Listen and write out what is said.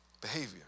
behavior